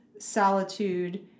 solitude